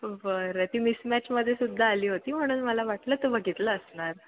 बरं ती मिसमॅचमध्ये सुद्धा आली होती म्हणून मला वाटलं तू बघितलं असणार